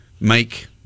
make